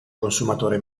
consumatore